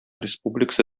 республикасы